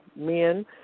men